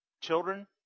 children